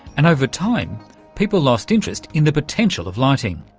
and over time people lost interest in the potential of lighting.